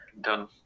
done